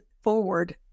forward